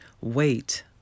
wait